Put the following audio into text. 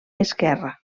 esquerra